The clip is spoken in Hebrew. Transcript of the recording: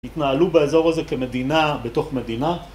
התנהלו באזור הזה כמדינה בתוך מדינה